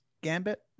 Gambit